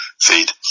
feed